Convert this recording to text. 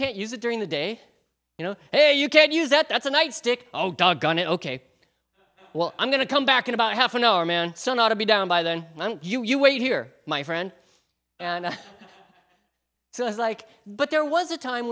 can't use it during the day you know hey you can use that that's a nightstick all doggone it ok well i'm going to come back in about half an hour man so not to be down by then you wait here my friend and so i was like but there was a time